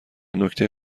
نکته